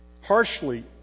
harshly